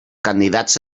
candidats